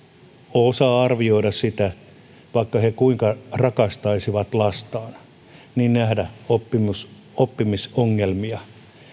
osaa arvioida asiaa vaikka he kuinka rakastaisivat lastaan nähdä oppimisongelmia